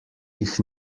jih